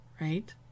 right